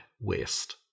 waste